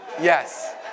Yes